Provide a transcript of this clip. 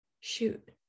shoot